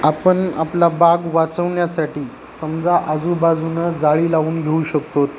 आपण आपला बाग वाचवण्यासाठी समजा आजूबाजूने जाळी लावून घेऊ शकतो